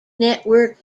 network